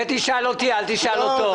את זה תשאל אותי, אל תשאל אותו.